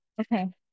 Okay